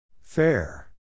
Fair